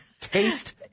Taste